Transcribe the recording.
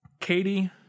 Katie